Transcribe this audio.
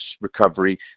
recovery